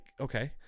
okay